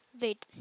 wait